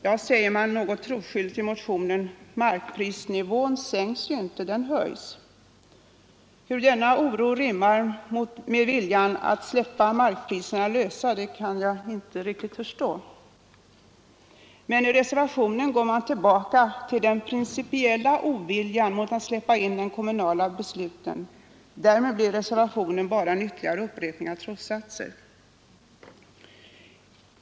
Ja, säger man något troskyldigt i motionen, markprisnivån sänks inte, den höjs. Hur denna oro rimmar med viljan att släppa markpriserna lösa kan jag inte förstå. I reservationen går man emellertid tillbaka till den principiella oviljan mot att släppa in de kommunala besluten. Därmed blir reservationen bara en ytterligare upprepning av trossatser.